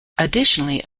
additionally